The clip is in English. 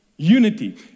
unity